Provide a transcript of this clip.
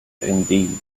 indeed